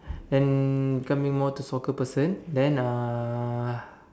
and becoming more to soccer person then uh